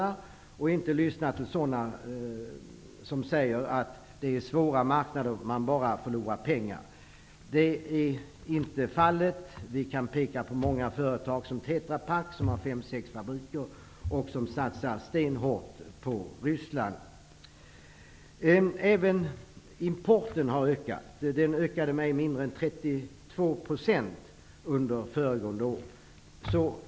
Vi får inte lyssna till dem som säger att det är svåra marknader och att man bara förlorar pengar. Så är inte fallet. Vi kan peka på många företag, såsom Tetra Pak som har fem sex fabriker och som satsar stenhårt på Även importen har ökat. Den ökade med inte mindre än 32 % under föregående år.